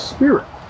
Spirit